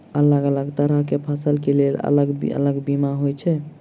अलग अलग तरह केँ फसल केँ लेल अलग अलग बीमा होइ छै?